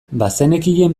bazenekien